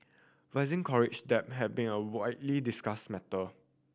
rising college debt have been a widely discussed matter